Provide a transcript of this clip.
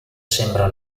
sembra